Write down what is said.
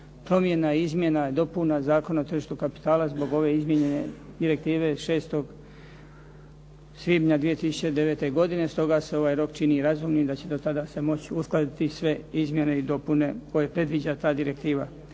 promjena i izmjena, dopuna Zakona o tržištu kapitala zbog ove izmijenjene direktive 6. svinja 2009. godine. Stoga se ovaj rok čini razumnim da će se do tada moći uskladiti sve izmjene i dopune koje predviđa ta direktiva.